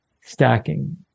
stacking